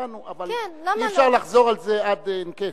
שמענו, אבל אי-אפשר לחזור על זה עד אין קץ.